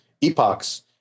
epochs